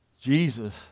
Jesus